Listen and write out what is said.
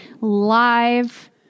Live